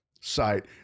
site